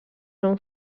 són